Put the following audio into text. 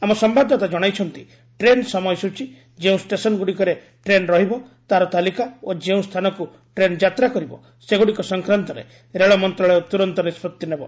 ଆମ ସମ୍ଭାଦଦାତା କଣାଇଛନ୍ତି ଟ୍ରେନ୍ ସମୟସୂଚୀ ଯେଉଁ ଷ୍ଟେସନ୍ଗୁଡ଼ିକରେ ଟ୍ରେନ୍ ରହିବ ତାହାର ତାଲିକା ଓ ଯେଉଁ ସ୍ଥାନକୁ ଟ୍ରେନ୍ ଯାତ୍ରା କରିବ ସେଗୁଡ଼ିକ ସଂକ୍ରାନ୍ତରେ ରେଳ ମନ୍ତ୍ରଣାଳୟ ତୁରନ୍ତ ନିଷ୍କଭି ନେବ